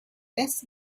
less